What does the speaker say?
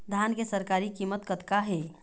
धान के सरकारी कीमत कतका हे?